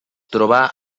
trobà